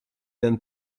than